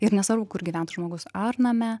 ir nesvarbu kur gyventų žmogus ar name